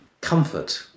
comfort